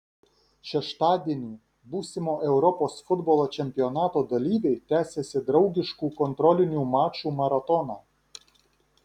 šeštadienį būsimo europos futbolo čempionato dalyviai tęsė draugiškų kontrolinių mačų maratoną